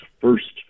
first